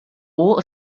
all